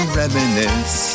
reminisce